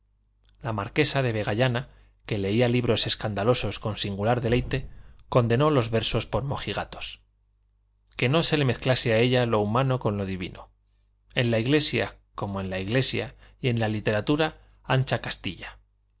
la marquesa de vegallana que leía libros escandalosos con singular deleite condenó los versos por mojigatos que no se le mezclase a ella lo humano con lo divino en la iglesia como en la iglesia y en literatura ancha castilla